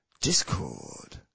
Discord